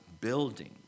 building